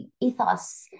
ethos